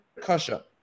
kasha